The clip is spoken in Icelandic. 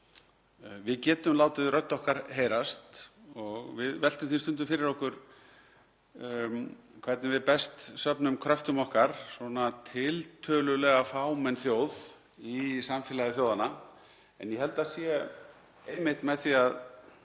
við getum látið rödd okkar heyrast. Við veltum því stundum fyrir okkur hvernig við best söfnum kröftum okkar svona tiltölulega fámenn þjóð í samfélagi þjóðanna, en ég held að það sé einmitt með því að